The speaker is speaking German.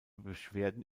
beschwerden